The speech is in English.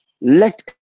let